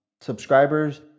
subscribers